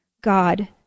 God